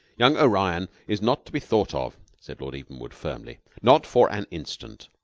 young o'rion is not to be thought of, said lord evenwood firmly. not for an instant.